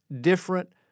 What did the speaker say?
different